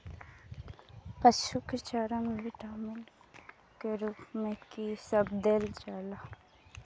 पशु के चारा में विटामिन के रूप में कि सब देल जा?